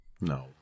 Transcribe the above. no